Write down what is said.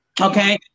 okay